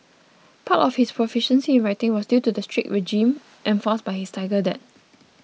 part of his proficiency in writing was due to the strict regime enforced by his tiger dad